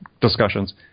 discussions